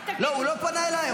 הוא לא פנה אלייך.